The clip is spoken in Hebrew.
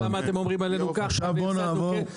למה אתם אומרים עלינו ככה והפסדנו כסף --- הבנתי,